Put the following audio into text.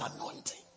anointing